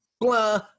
blah